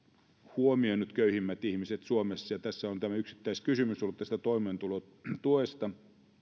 huomioineet köyhimmät ihmiset suomessa ja tässä on ollut tämä yksittäiskysymys toimeentulotuesta